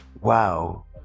wow